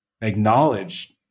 acknowledge